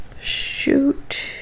shoot